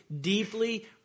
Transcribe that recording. deeply